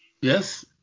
Yes